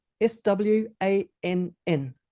S-W-A-N-N